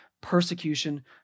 persecution